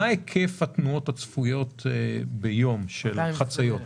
מה היקף התנועות הצפויות ביום של חציות?